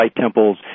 temples